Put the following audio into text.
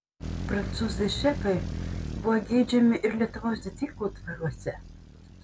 prancūzai šefai buvo geidžiami ir lietuvos didikų dvaruose